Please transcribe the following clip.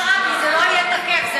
כי זה לא יהיה תקף, גברתי השרה.